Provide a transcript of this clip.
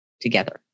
together